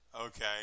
Okay